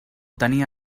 tenia